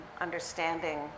understanding